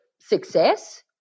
success